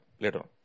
later